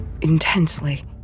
intensely